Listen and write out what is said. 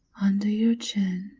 under your chin.